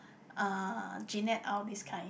uh Jeanette Aw this kind